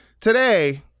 today